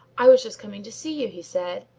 i was just coming to see you, he said.